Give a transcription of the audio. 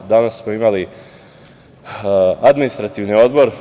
Danas smo imali Administrativni odbor.